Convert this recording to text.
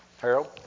Harold